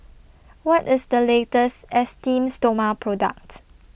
What IS The latest Esteem Stoma Product